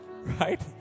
Right